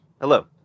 Hello